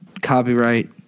copyright